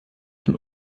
von